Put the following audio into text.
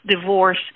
divorce